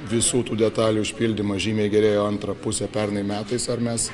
visų tų detalių išpildymas žymiai gerėjo antrą pusę pernai metais ar mes